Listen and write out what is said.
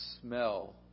smell